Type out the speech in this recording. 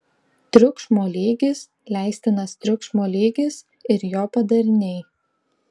triukšmo lygis leistinas triukšmo lygis ir jo padariniai